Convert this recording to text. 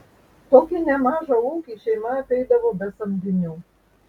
tokį nemažą ūkį šeima apeidavo be samdinių